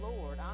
Lord